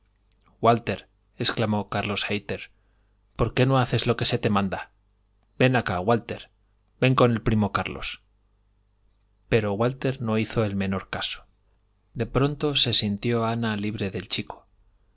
contigo walterexclamó carlos hayter por qué no haces lo que se te manda ven acá walter ven con el primo carlos pero walter no hizo el menor caso de pronto se sintió ana libre del chico